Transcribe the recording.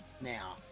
now